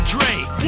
Dre